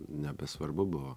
nebesvarbu buvo